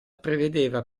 prevedeva